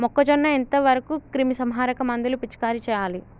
మొక్కజొన్న ఎంత వరకు క్రిమిసంహారక మందులు పిచికారీ చేయాలి?